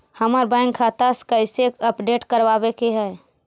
हमर बैंक खाता कैसे अपडेट करबाबे के है?